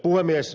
puhemies